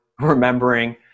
remembering